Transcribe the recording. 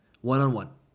one-on-one